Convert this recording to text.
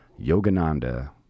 Yogananda